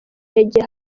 yagiye